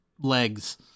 legs